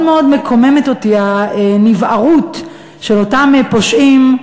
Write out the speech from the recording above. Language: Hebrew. מאוד מקוממת אותי הנבערות של אותם פושעים,